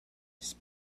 his